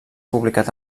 publicat